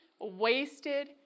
wasted